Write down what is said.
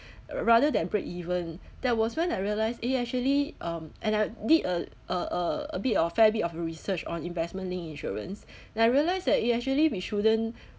rather than break even that was when I realised eh actually um and I did a a a a bit of fair bit of research on investment linked insurance then I realise that eh actually we shouldn't